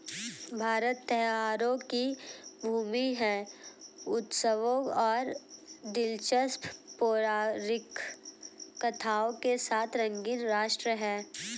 भारत त्योहारों की भूमि है, उत्सवों और दिलचस्प पौराणिक कथाओं के साथ रंगीन राष्ट्र है